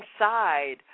inside